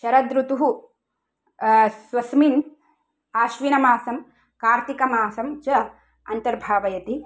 शरद् ऋतुः स्वस्मिन् आश्विनमासं कार्तिकमासं च अन्तर्भावयति